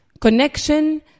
connection